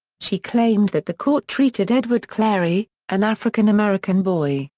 she claimed that the court treated edward clary, an african-american boy,